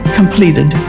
completed